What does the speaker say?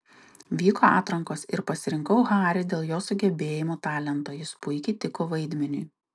vyko atrankos ir pasirinkau harry dėl jo sugebėjimų talento jis puikiai tiko vaidmeniui